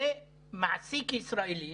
ומעסיק ישראלי